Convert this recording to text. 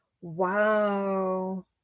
wow